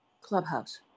Clubhouse